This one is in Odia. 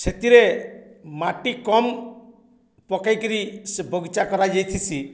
ସେଥିରେ ମାଟି କମ୍ ପକେଇକିରି ସେ ବଗିଚା କରାଯାଇଥିସି